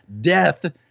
death